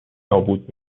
نابود